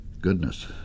Goodness